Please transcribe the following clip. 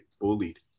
bullied